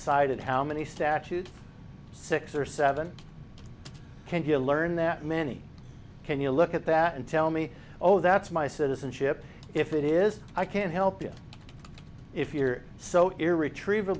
cited how many statutes six or seven can you learn that many can you look at that and tell me oh that's my citizenship if it is i can't help you if you're so to retriev